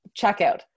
checkout